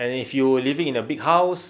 and if you living in a big house